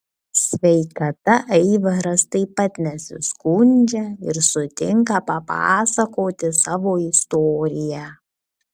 sveikata aivaras taip pat nesiskundžia ir sutinka papasakoti savo istoriją